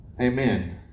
Amen